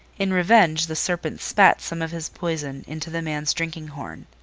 in revenge the serpent spat some of his poison into the man's drinking-horn.